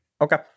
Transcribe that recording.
Okay